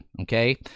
okay